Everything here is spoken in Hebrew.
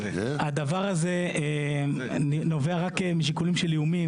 הדבר הזה נובע רק משיקולים של איומים